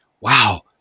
wow